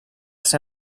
ser